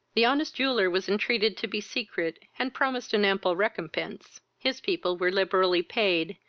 the honest jeweller was entreated to be secret, and promised an ample recompense. his people were liberally paid,